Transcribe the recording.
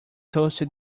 toasted